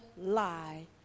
lie